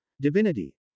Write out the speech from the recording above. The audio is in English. divinity